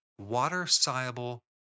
water-soluble